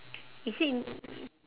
is it